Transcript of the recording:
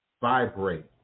vibrate